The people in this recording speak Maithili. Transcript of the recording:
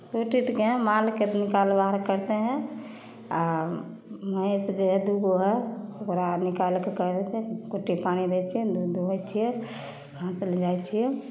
सुति उठिके मालके निकाल बाहर करते है आ महीष जे है से दूगो है ओकरा निकालके करे है कुट्टी पानि दै छियनि दूध दूहै छियै